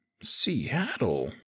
Seattle